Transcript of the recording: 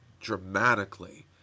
dramatically